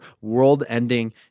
world-ending